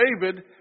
David